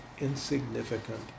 insignificant